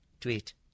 Tweet